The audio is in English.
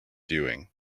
viewing